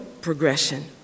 progression